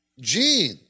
Gene